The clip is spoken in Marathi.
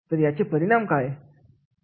आणि त्याचे परिणाम काय